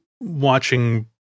watching